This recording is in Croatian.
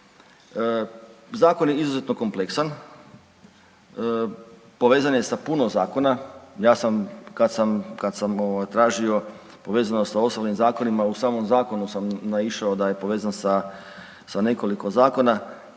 Zakon je izuzetno kompleksan, povezan je sa puno zakona. Ja sam kad sam, kad sam ovaj tražio povezano sa osnovnim zakonima u samom zakonu sam naišao da je povezan sa, sa nekoliko zakona,